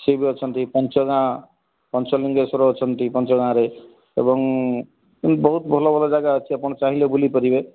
ସିଏ ବି ଅଛନ୍ତି ପାଞ୍ଚ ଗାଁ ପଞ୍ଚ ଲିଙ୍ଗେଶ୍ୱର ଅଛନ୍ତି ପଞ୍ଚ ଗାଁରେ ଏବଂ ଏମିତି ବହୁତ ଭଲ ଭଲ ଜାଗା ଅଛି ଆପଣ ଚାହିଁଲେ ବୁଲିପାରିବେ